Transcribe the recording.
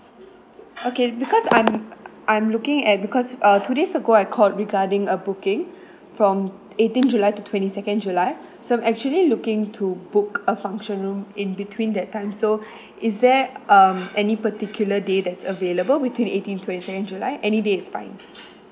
okay because I'm I'm looking at because uh two days ago I called regarding a booking from eighteenth july to twenty second july so I'm actually looking to book a function room in between that time so is there um any particular day that's available between eighteenth twenty second july any day is fine